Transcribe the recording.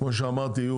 כמו שאמרתי,